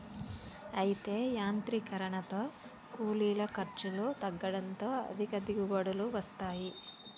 అయితే యాంత్రీకరనతో కూలీల ఖర్చులు తగ్గడంతో అధిక దిగుబడులు వస్తాయి